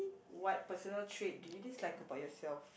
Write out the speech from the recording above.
what personal trait do you dislike about yourself